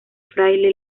fraile